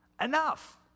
Enough